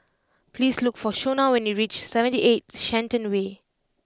please look for Shonna when you reach Seventy Eight Shenton Way